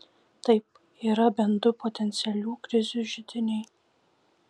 taip yra bent du potencialių krizių židiniai